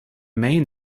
main